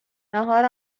ناهار